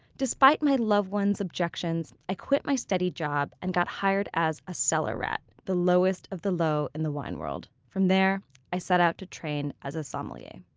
despite my loved ones' objections, i quit my steady job and got hired as a cellar rat, the lowest of the low in the wine world. from there i set out to train as a sommelier